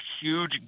huge